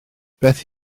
beth